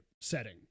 setting